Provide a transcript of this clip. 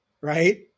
right